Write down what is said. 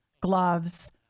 gloves